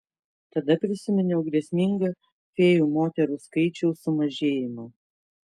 tada prisiminiau grėsmingą fėjų moterų skaičiaus sumažėjimą